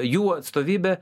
jų atstovybė